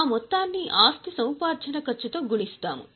ఆ మొత్తాన్ని ఆస్తి సముపార్జన ఖర్చుతో గుణిస్తాము